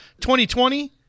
2020